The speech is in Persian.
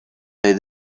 عید